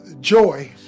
joy